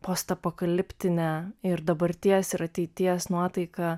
postapokaliptinę ir dabarties ir ateities nuotaiką